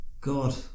God